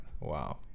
wow